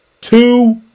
Two